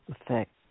effect